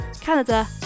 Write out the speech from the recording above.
Canada